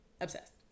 obsessed